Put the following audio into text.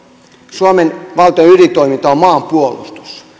suomen valtion ydintoimintaa on maanpuolustus